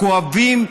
הכואבים,